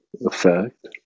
effect